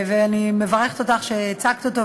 ואני מברכת אותך על כך שהצגת אותו,